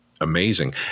Amazing